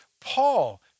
Paul